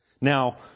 Now